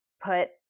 put